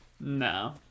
No